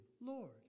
Lord